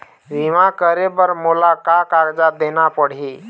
बीमा करे बर मोला का कागजात देना पड़ही?